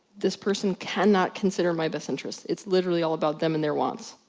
this person cannot consider my best interest. it's literally all about them and their wants.